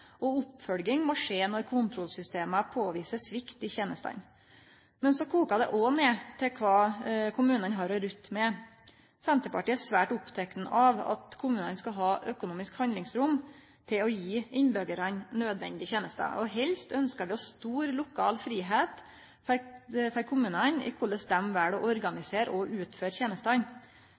og oppfølging må skje når kontrollsystema påviser svikt i tenestene. Men så kokar det også ned til kva kommunane har å rutte med. Senterpartiet er svært oppteke av at kommunane skal ha økonomisk handlingsrom til å gje innbyggjarane nødvendige tenester. Helst ønskjer vi stor lokal fridom for kommunane i korleis dei vel å organisere og utføre tenestene.